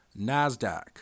NASDAQ